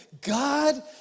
God